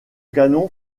canon